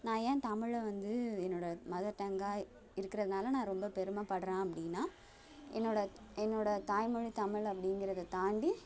நான் ஏன் தமிழை வந்து என்னோடய மதர் டங்காக இருக்கறதுனால் நான் ரொம்ப பெருமைப்படுகிறேன் அப்படீன்னா என்னோடய என்னோடய தாய்மொழி தமிழ் அப்படிங்கிறத தாண்டி